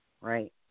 Right